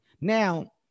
now